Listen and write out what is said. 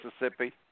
Mississippi